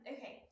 Okay